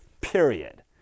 period